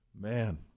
Man